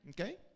okay